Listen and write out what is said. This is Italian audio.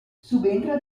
subentra